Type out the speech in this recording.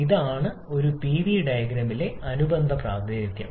ഇതാണ് ഒരു പിവിഡയഗ്രമിലെ അനുബന്ധ പ്രാതിനിധ്യം